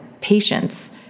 patients